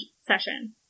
session